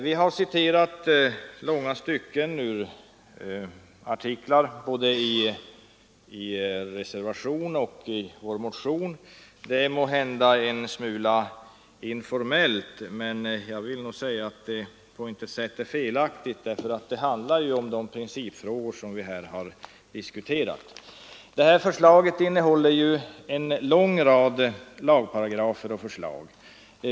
I vår motion liksom i reservationer har vi citerat långa stycken ur artiklar. Det är måhända en smula informellt att göra så, men jag anser det inte felaktigt därför att citaten berör de principfrågor som här har diskuterats. Betänkandet innehåller en rad lagparagrafer och förslag.